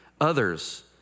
Others